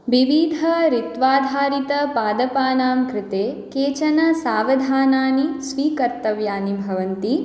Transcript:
विविध ऋत्वाधारित पादपानां कृते केचन सावधानानि स्वीकर्तव्यानि भवन्ति